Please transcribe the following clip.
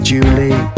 Julie